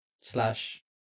slash